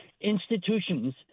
institutions